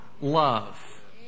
love